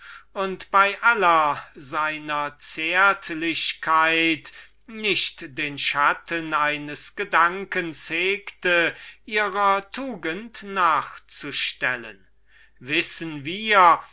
und bei aller seiner zärtlichkeit nur nicht den schatten eines gedankens hatte ihrer tugend nachzustellen wissen wir